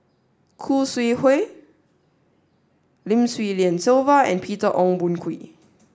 Khoo Sui Hoe Lim Swee Lian Sylvia and Peter Ong Boon Kwee